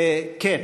וכן,